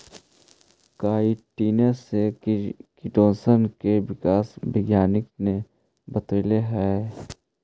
काईटिने से किटोशन के विकास वैज्ञानिक ने बतैले हई